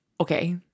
okay